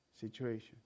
situation